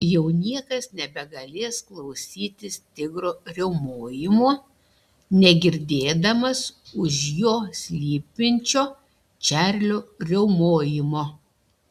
jau niekas nebegalės klausytis tigro riaumojimo negirdėdamas už jo slypinčio čarlio riaumojimo